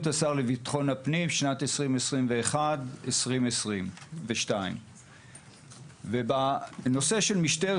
השר לביטחון פנים לשנים 2021 - 2022.״ בנושא משטרת